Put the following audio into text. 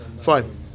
Fine